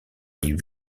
les